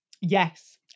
Yes